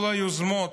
כל היוזמות,